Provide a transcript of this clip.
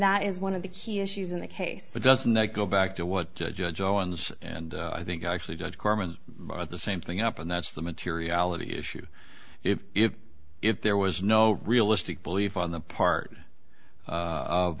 that is one of the key issues in the case but doesn't that go back to what judge owens and i think actually judge carmen the same thing up and that's the materiality issue if if if there was no realistic belief on the part